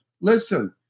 Listen